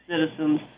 citizens